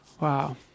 Wow